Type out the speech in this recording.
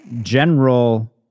general